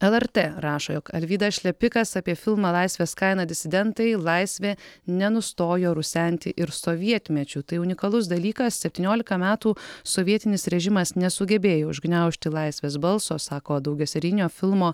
lrt rašo jog alvydas šlepikas apie filmą laisvės kaina disidentai laisvė nenustojo rusenti ir sovietmečiu tai unikalus dalykas septyniolika metų sovietinis režimas nesugebėjo užgniaužti laisvės balso sako daugiaserijinio filmo